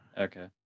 okay